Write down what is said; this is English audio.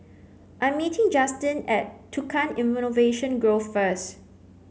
I am meeting Justine at Tukang Innovation Grove first